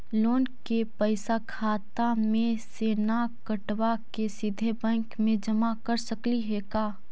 Loan के पैसा खाता मे से न कटवा के सिधे बैंक में जमा कर सकली हे का?